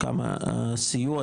כמה הסיוע,